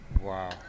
Wow